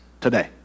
today